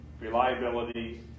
reliability